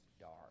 dark